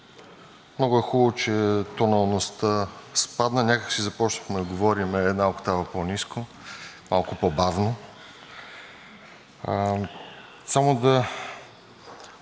много е хубаво, че тоналността спадна. Някак си започнахме да говорим една октава по-ниско, малко по бавно.